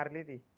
ah levy